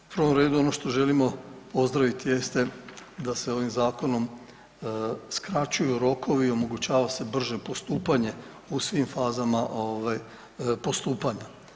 U prvom redu ono što želimo pozdraviti jeste da se ovim zakonom skraćuju rokovi i omogućava se brže postupanje u svim fazama postupanja.